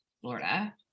Florida